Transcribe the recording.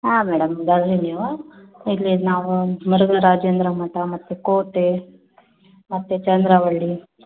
ಹಾಂ ಮೇಡಮ್ ಬನ್ನಿ ನೀವು ಇಲ್ಲಿ ನಾವು ಮುರುಘ ರಾಜೇಂದ್ರ ಮಠ ಮತ್ತು ಕೋಟೆ ಮತ್ತು ಚಂದ್ರವಳ್ಳಿ